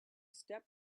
step